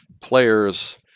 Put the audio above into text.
players